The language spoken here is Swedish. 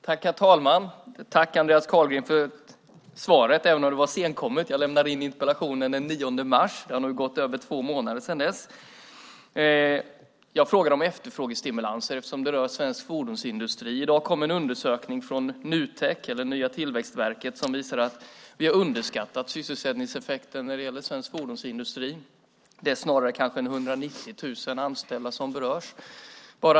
Herr talman! Tack för svaret, Andreas Carlgren, även om det var senkommet! Jag lämnade in interpellationen den 9 mars. Det har nu gått över två månader sedan dess. Jag frågade om efterfrågestimulanser eftersom det rör svensk fordonsindustri. I dag kom en undersökning från Tillväxtverket som visar att vi har underskattat sysselsättningseffekten när det gäller svensk fordonsindustri. Det är snarare ca 190 000 anställda som berörs.